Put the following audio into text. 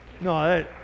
No